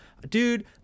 Dude